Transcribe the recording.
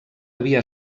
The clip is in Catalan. havia